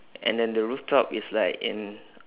and then the rooftop is like in